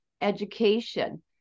education